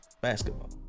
basketball